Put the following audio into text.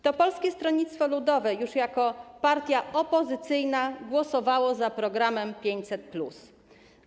To Polskie Stronnictwo Ludowe, już jako partia opozycyjna, głosowało za programem 500+.